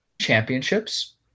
championships